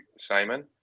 Simon